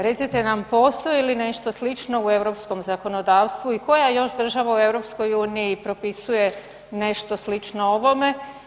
Recite nam postoji li nešto slično u europskom zakonodavstvu i koja još država u EU propisuje nešto slično ovome?